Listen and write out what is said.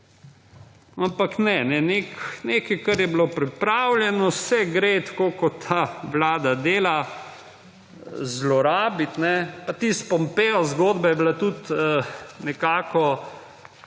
Ampak ne! Nekaj, kar je bilo pripravljeno, se gre, tako kot ta vlada dela, zlorabiti. Pa tista Pompeo zgodba je bila tudi nekako